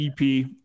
ep